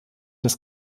das